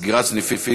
22) (סגירת סניפים),